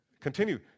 Continue